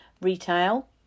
retail